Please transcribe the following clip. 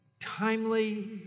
timely